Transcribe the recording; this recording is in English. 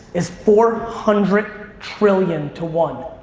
is four hundred trillion to one.